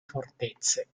fortezze